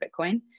Bitcoin